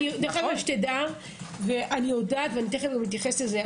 אני יודעת ואני תכף אתייחס לזה.